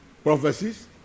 prophecies